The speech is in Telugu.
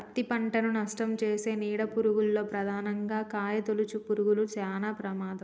పత్తి పంటను నష్టంచేసే నీడ పురుగుల్లో ప్రధానంగా కాయతొలుచు పురుగులు శానా ప్రమాదం